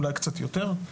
אולי קצת יותר,